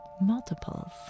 multiples